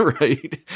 Right